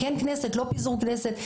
כן כנסת לא פיזור כנסת.